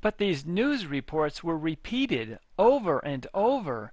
but these news reports were repeated over and over